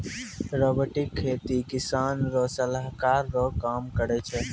robotic खेती किसान रो सलाहकार रो काम करै छै